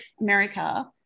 America